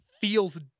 feels